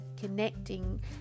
connecting